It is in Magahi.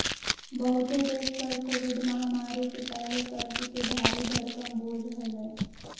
बहुते देश पर कोविड महामारी के पहले कर्ज के भारी भरकम बोझ हलय